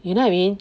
you know I mean